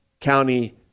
County